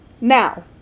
Now